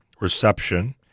reception